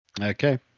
Okay